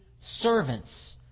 servants